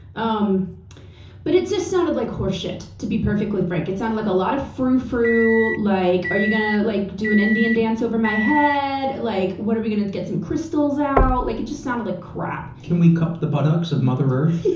um but it just sounded like horse shit, to be perfectly frank. it sounded like a lot of froufrou like, are you gonna, like, do an indian dance over my head? like, what, are we gonna get some crystals out? like, it just sounded like crap. can we cup the buttocks of mother earth?